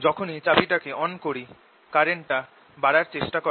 যখনই চাবি টাকে অন করি কারেন্টটা বাড়ার চেষ্টা করে